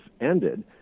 ended